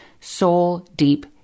soul-deep